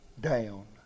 down